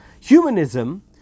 Humanism